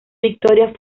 victorias